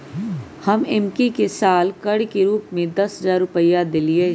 हम एम्की के साल कर के रूप में दस हज़ार रुपइया देलियइ